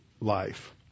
life